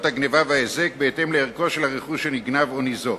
גנבה והיזק בהתאם לערכו של הרכוש שנגנב או ניזוק.